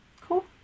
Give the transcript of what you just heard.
Cool